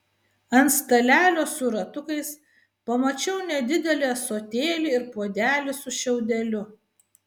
ant stalelio su ratukais pamačiau nedidelį ąsotėlį ir puodelį su šiaudeliu